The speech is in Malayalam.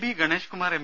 B Ganeshkumar M